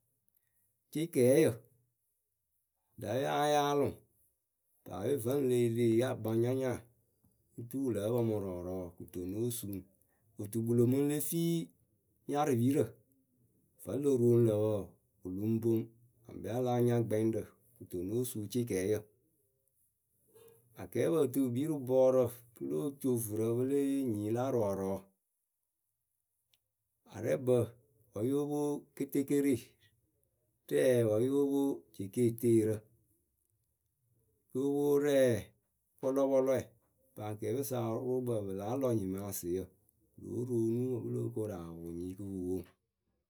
Cɩkɛɛyǝ lǝ̌ yáa yaalɨ ŋwʊ, paape vǝ́ le yi leh yee akpaŋnyanyaa, oturu wɨ lǝ́ǝ pǝ mɨ rɔɔrɔɔ kɨto nóo suu ŋwu otukpɨlo mɨŋ le fii nyarɨpirǝ, vǝ́ lo roŋ lǝ̈ wɔɔ, wɨ lɨŋ poŋ aɖɛ a láa nya gbɛŋɖǝ kɨto nóo suu cɩkɛɛyǝ Akɛɛpǝ pɨ tɨ pɨ kpii rɨ bɔɔrǝ, pɨ lóo co vurǝ pɨ lée yee nyii la rɔɔrɔɔ Arɛɛbǝ wǝ́ yóo pwo ketekere, rɛɛyǝ wǝ́ yóo pwo jekeeteerǝ Yóo pwo rɛɛ pɔlɔpɔlɔɛ ŋpɨ akɛɛpǝ sa wǝrʊʊkpǝ pɨ láa lɔ nyɩmaasɩyǝ pɨ lóo roonu wǝ́ pɨ lóo koru awʊ nyii kɨ pɨ wo ŋwʊ.